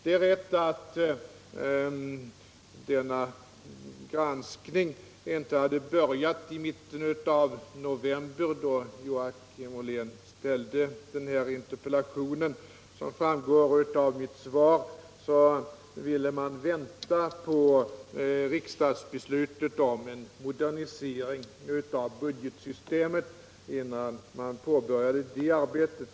Det är rätt att denna granskning inte hade börjat i mitten av november, då Joakim Ollén framställde interpellationen. Som framgår av mitt svar ville man vänta på riksdagsbeslutet om en modernisering av budgetarbetet innan man påbörjade granskningen.